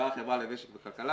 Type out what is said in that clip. באה החברה למשק וכלכלה,